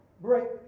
break